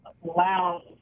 wow